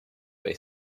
way